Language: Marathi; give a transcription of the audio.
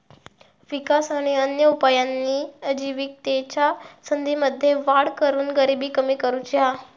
विकास आणि अन्य उपायांनी आजिविकेच्या संधींमध्ये वाढ करून गरिबी कमी करुची हा